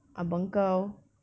abang kau